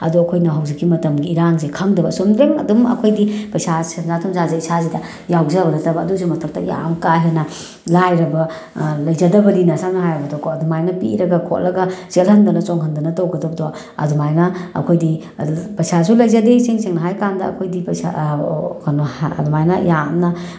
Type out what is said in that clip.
ꯑꯗꯣ ꯑꯩꯈꯣꯏꯅ ꯍꯧꯖꯤꯛꯀꯤ ꯃꯇꯝꯒꯤ ꯏꯔꯥꯡꯁꯦ ꯈꯪꯗꯕ ꯆꯨꯝꯗ꯭ꯔꯤꯡ ꯑꯗꯨꯝ ꯑꯩꯈꯣꯏꯗꯤ ꯄꯩꯁꯥ ꯁꯦꯟꯖꯥ ꯊꯨꯝꯖꯥꯁꯦ ꯏꯁꯥꯁꯤꯗ ꯌꯥꯎꯖꯕ ꯅꯠꯇꯕ ꯑꯗꯨꯒꯤꯁꯨ ꯃꯊꯛꯇ ꯌꯥꯝ ꯀꯥ ꯍꯦꯟꯅ ꯂꯥꯏꯔꯕ ꯂꯩꯖꯗꯕꯅꯤꯅ ꯁꯝꯅ ꯍꯥꯏꯔꯕꯗ ꯀꯣ ꯑꯗꯨꯃꯥꯏꯅ ꯄꯤꯔꯒ ꯈꯣꯠꯂꯒ ꯆꯦꯜꯍꯟꯗꯅ ꯆꯣꯡꯍꯟꯗꯅ ꯇꯧꯒꯗꯕꯗꯣ ꯑꯗꯨꯃꯥꯏꯅ ꯑꯩꯈꯣꯏꯗꯤ ꯄꯩꯁꯥꯁꯨ ꯂꯩꯖꯗꯦ ꯏꯁꯦꯡ ꯁꯦꯡꯅ ꯍꯥꯏꯔ ꯀꯥꯟꯗ ꯑꯩꯈꯣꯏꯗꯤ ꯄꯩꯁꯥ ꯀꯩꯅꯣ ꯑꯗꯨꯃꯥꯏꯅ ꯌꯥꯝꯅ